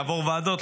יעבור ועדות,